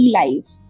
life